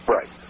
Right